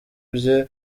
bye